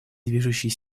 движущей